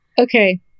Okay